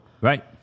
Right